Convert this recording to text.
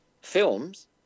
Films